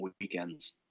weekends